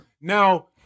Now